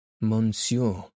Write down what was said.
Monsieur